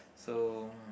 so